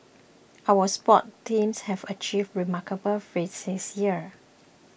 our sports teams have achieved remarkable feats this year